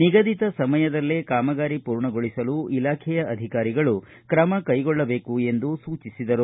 ನಿಗದಿತ ಸಮಯದಲ್ಲೇ ಕಾಮಗಾರಿ ಪೂರ್ಣಗೊಳಿಸಲು ಇಲಾಖೆಯ ಅಧಿಕಾರಿಗಳು ಕ್ರಮ ಕೈಗೊಳ್ಳಬೇಕು ಎಂದು ಸೂಚಿಸಿದರು